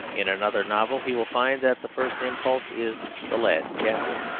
in another novel he will find that the first impulse is the last chapter.